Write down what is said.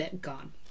gone